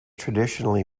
traditionally